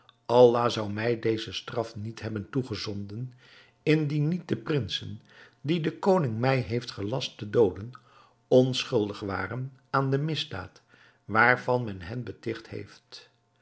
allah zou mij deze straf niet hebben toegezonden indien niet de prinsen die de koning mij heeft gelast te dooden onschuldig waren aan de misdaad waarvan men hen betigt heeft